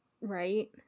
Right